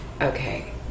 okay